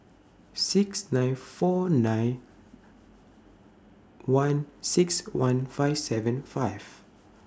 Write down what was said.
six nine four nine one six one five seven five